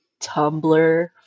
Tumblr